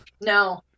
No